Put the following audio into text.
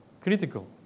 critical